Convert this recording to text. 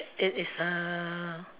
is is a